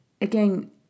again